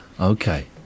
Okay